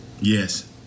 Yes